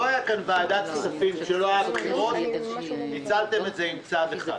לא הייתה כאן ועדת כספים כשהיו בחירות ואתם ניצלתם את זה עם צו אחד.